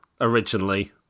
originally